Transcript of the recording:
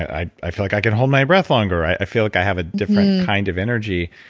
i i feel like i can hold my breath longer. i feel like i have a different kind of energy.